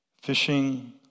Fishing